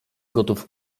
gotów